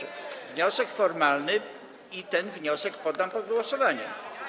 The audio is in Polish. Jest wniosek formalny i ten wniosek poddam pod głosowanie.